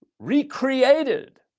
recreated